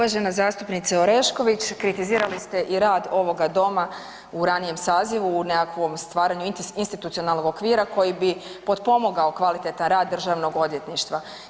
Uvažena zastupnice Orešković, kritizirali ste i rad ovoga doma u ranije sazivu u nekakvom stvaranju institucionalnoga okvira koji bi potpomogao kvalitetan rad državnog odvjetništva.